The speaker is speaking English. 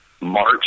March